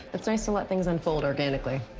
it's nice to let things unfold organically.